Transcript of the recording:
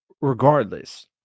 regardless